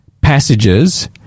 passages